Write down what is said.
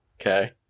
okay